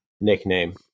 nickname